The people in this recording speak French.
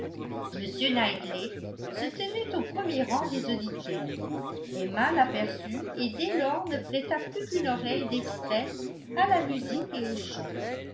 m knightley se tenait au premier rang des auditeurs emma l'aperçut et dès lors ne prêta plus qu'une oreille distraite à la musique et au chant